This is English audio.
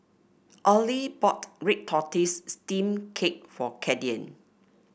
Allie bought Red Tortoise Steamed Cake for Cayden